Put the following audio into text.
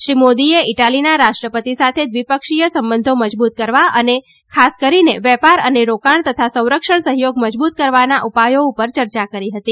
શ્રી મોદીએ ઇટાલીના રાષ્ટ્રપતિ સાથે દ્વિપક્ષીય સંબંધો મજબુત કરવા સાથે ખાસ કરીને વેપાર અને રોકાણ તથા સંરક્ષણ સહયોગ મજબુત કરવાના ઉપાયો ઉપર ચર્ચા કરી હતી